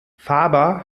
faber